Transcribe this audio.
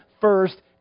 first